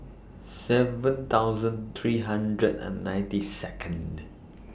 seven thousand three hundred and ninety Second